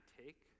take